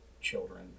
children